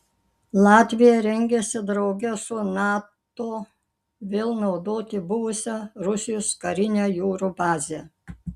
latvija rengiasi drauge su nato vėl naudoti buvusią rusijos karinę jūrų bazę